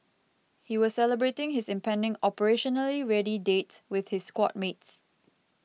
he was celebrating his impending operationally ready date with his squad mates